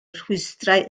rhwystrau